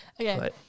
Okay